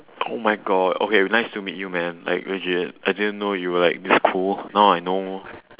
oh my god okay nice to meet you man like legit I didn't know you're like this cool now I know